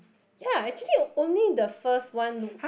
ya actually only the first one looks